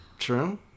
True